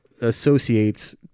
associates